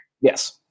yes